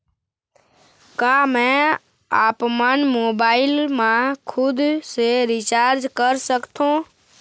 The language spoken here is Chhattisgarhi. का मैं आपमन मोबाइल मा खुद से रिचार्ज कर सकथों?